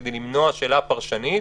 כדי למנוע שאלה פרשנית.